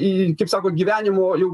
kaip sako gyvenimo jau